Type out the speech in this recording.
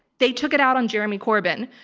they took it out on jeremy corbyn.